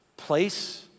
place